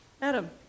Madam